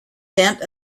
tent